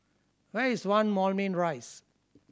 where is One Moulmein Rise